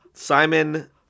Simon